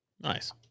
Nice